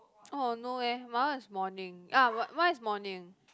oh no eh my one is morning ah my mine is morning